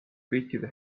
kõikide